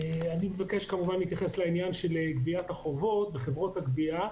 אני מבקש להתייחס לנושא של גביית החובות על ידי חברות הגבייה.